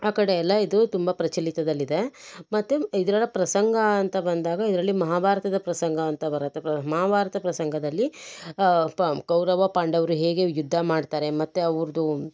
ಆ ಕಡೆ ಎಲ್ಲ ಇದು ತುಂಬ ಪ್ರಚಲಿತದಲ್ಲಿದೆ ಮತ್ತು ಇದ್ರಲ್ಲಿ ಪ್ರಸಂಗ ಅಂತ ಬಂದಾಗ ಇದರಲ್ಲಿ ಮಹಾಭಾರತದ ಪ್ರಸಂಗ ಅಂತ ಬರುತ್ತೆ ಪ್ರ ಮಹಾಭಾರತ ಪ್ರಸಂಗದಲ್ಲಿ ಕೌರವ ಪಾಂಡವರು ಹೇಗೆ ಯುದ್ಧ ಮಾಡ್ತಾರೆ ಮತ್ತು ಅವ್ರದ್ದು